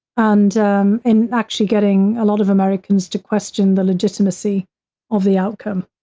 and um and actually getting a lot of americans to question the legitimacy of the outcome.